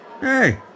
Hey